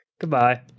Goodbye